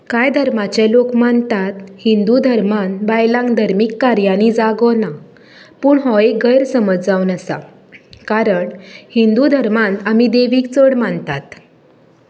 कांय धर्माचे लोक मानतात हिंदू धर्मान बायलांक धर्मीक कार्यानी जागो ना पूण हो एक गैरसमज जावन आसा कारण हिंदू धर्मांत आमी देवीक चड मानतात